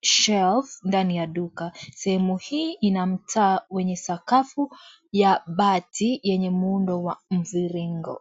shelves ndani ya duka. Sehemu hii ina mtaa wenye sakafu ya bati yenye muundo wa mviringo.